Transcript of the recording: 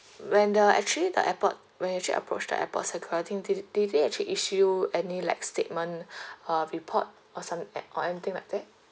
when the actually the airport when you actually approached the airport security did th~ did they actually issue any like statement uh report or someth~ a~ or anything like that